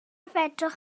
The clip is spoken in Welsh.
fedrwch